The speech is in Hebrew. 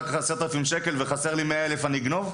10,000 שקל וחסרים לי 100,000 אז אני אגנוב?